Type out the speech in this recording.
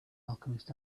alchemist